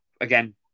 again